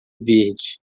verde